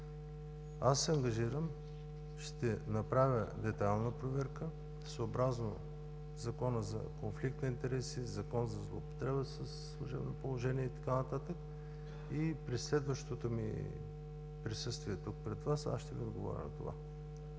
Аз се ангажирам, ще направя детайлна проверка, съобразно Закона за конфликт на интереси, Законът за злоупотреба със служебно положение и така нататък, и при следващото ми присъствие тук, пред Вас, ще Ви отговоря за това,